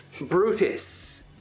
Brutus